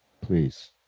please